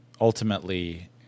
ultimately